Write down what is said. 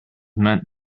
meant